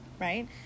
Right